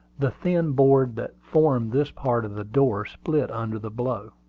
the thin board that formed this part of the door split under the blow.